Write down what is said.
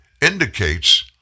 indicates